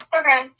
Okay